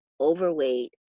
overweight